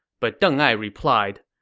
but deng ai replied,